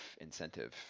incentive